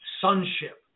sonship